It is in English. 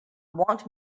want